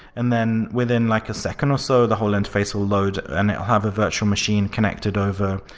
and then within like a second or so, the whole interface will load and have a virtual machine connected over,